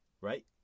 Right